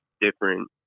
different